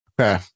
okay